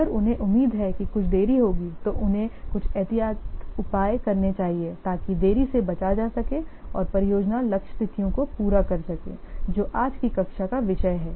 अगर उन्हें उम्मीद है कि कुछ देरी होगी तो उन्हें कुछ एहतियाती उपाय करने चाहिए ताकि देरी से बचा जा सके और परियोजना लक्ष्य तिथियों को पूरा कर सके जो आज की कक्षा का विषय है